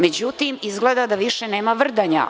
Međutim, izgleda da više nema vrdanja.